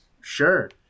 sure